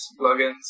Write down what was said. plugins